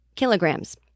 kilograms